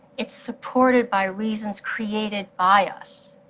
it's supported by reasons created by us.